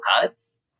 cuts